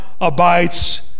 abides